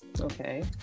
Okay